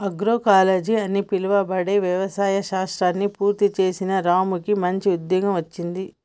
agroecology అని పిలువబడే వ్యవసాయ శాస్త్రాన్ని పూర్తి చేసిన రాముకు మంచి ఉద్యోగం వచ్చింది